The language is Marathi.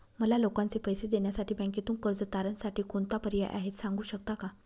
मला लोकांचे पैसे देण्यासाठी बँकेतून कर्ज तारणसाठी कोणता पर्याय आहे? सांगू शकता का?